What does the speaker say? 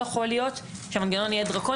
ולא אחר כך אנחנו נצטרך להתמודד עם ההשלכות.